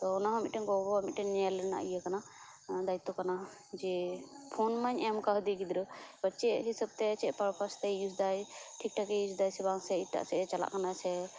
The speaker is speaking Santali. ᱛᱚ ᱚᱱᱟ ᱢᱤᱫᱴᱮᱱ ᱜᱚᱜᱚᱣᱟᱜ ᱧᱮᱞ ᱨᱮᱱᱟᱜ ᱤᱭᱟᱹ ᱠᱟᱱᱟ ᱫᱟᱭᱤᱛᱚ ᱠᱟᱱᱟ ᱡᱮ ᱯᱷᱳᱱᱢᱟᱹᱧ ᱮᱢ ᱟᱠᱟᱫᱮ ᱜᱤᱫᱽᱨᱟᱹ ᱪᱮᱫ ᱦᱤᱥᱟᱹᱵᱽᱛᱮ ᱪᱮᱫ ᱯᱟᱨᱯᱟᱥ ᱛᱮᱹᱭ ᱤᱭᱩᱡᱽ ᱮᱫᱟ ᱴᱷᱤᱠ ᱴᱷᱟᱠᱮ ᱤᱭᱩᱡᱽ ᱮᱫᱟ ᱥᱮ ᱵᱟᱝ ᱥᱮ ᱮᱴᱟᱜ ᱥᱮᱫ ᱮ ᱪᱟᱞᱟᱜ ᱠᱟᱱᱟ ᱥᱮ